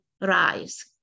rise